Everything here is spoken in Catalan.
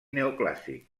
neoclàssic